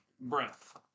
breath